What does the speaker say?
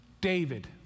David—